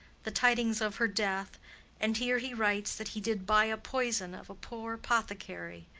the tidings of her death and here he writes that he did buy a poison of a poor pothecary,